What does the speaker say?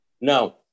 no